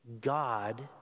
God